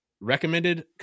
recommended